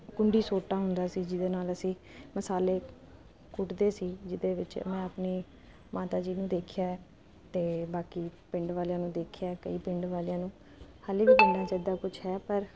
ਕੁੰਡੀ ਸੋਟਾ ਹੁੰਦਾ ਸੀ ਜਿਹਦੇ ਨਾਲ ਅਸੀਂ ਮਸਾਲੇ ਕੁੱਟਦੇ ਸੀ ਜਿਹਦੇ ਵਿੱਚ ਮੈਂ ਆਪਣੀ ਮਾਤਾ ਜੀ ਨੂੰ ਦੇਖਿਆ ਤੇ ਬਾਕੀ ਪਿੰਡ ਵਾਲਿਆਂ ਨੇ ਦੇਖਿਆ ਕਈ ਪਿੰਡ ਵਾਲਿਆਂ ਨੂੰ ਹਲੇ ਵੀ ਪਿੰਡਾਂ ਚ ਇਦਾਂ ਕੁਝ ਹੈ ਪਰ